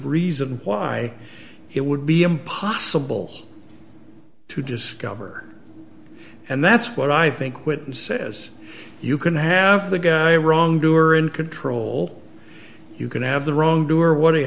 reason why it would be impossible to discover and that's what i think witten says you can have the guy wrongdoer in control you can have the wrongdoer what